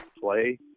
play